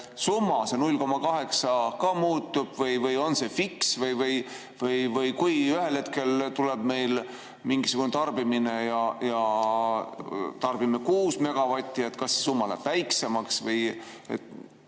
kas see 0,8 ka muutub või on see fiks[eeritud]? Või kui ühel hetkel tuleb meil mingisugune tarbimine ja tarbime 6 megavatti, siis kas summa läheb väiksemaks?